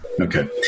Okay